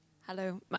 Hello